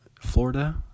Florida